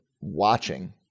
watching